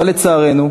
לצערנו,